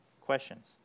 Questions